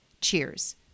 cheers